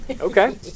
Okay